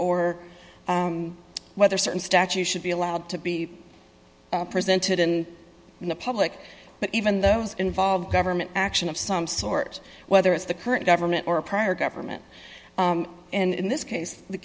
or whether certain statue should be allowed to be presented in public but even those involved government action of some sort whether it's the current government or prior government in this case the